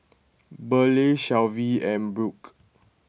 Burleigh Shelvie and Brook